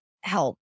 help